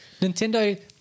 Nintendo